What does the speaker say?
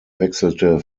wechselte